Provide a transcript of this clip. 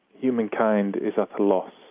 humankind is at a loss